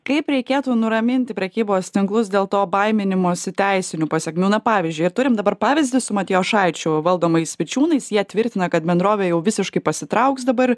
kaip reikėtų nuraminti prekybos tinklus dėl to baiminimosi teisinių pasekmių na pavyzdžiui ir turim dabar pavyzdį su matijošaičio valdomais vičiūnais jie tvirtina kad bendrovė jau visiškai pasitrauks dabar